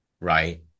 right